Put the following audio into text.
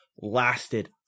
lasted